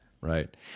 Right